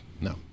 No